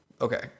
Okay